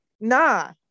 nah